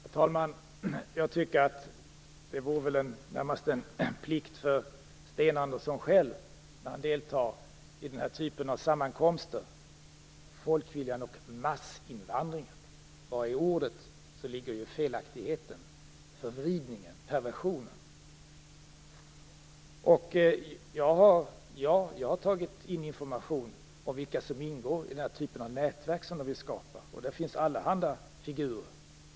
Herr talman! Jag tycker att det vore närmast en plikt för Sten Andersson själv när han deltar i den här typen av sammankomster att ta reda på vilka som ingår. Folkviljan och massinvandringen - bara i ordet ligger ju felaktigheten, förvridningen och perversionen. Jag har tagit in information om vilka som ingår i den här typen av nätverk som de vill skapa. Och där finns allehanda figurer.